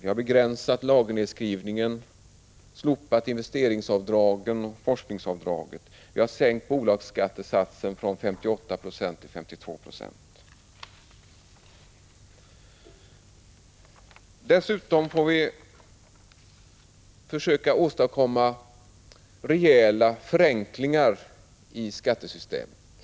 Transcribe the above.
Vi har begränsat lagernedskrivningen, slopat investeringsavdragen och forskningsavdraget, vi har sänkt bolagsskattesatsen från 58 90 till 2. Dessutom måste vi försöka åstadkomma rejäla förenklingar i skattesystemet.